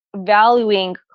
valuing